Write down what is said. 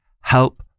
help